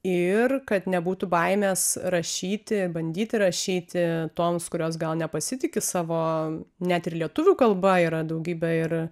ir kad nebūtų baimės rašyti bandyti rašyti toms kurios gal nepasitiki savo net ir lietuvių kalba yra daugybė ir